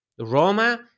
Roma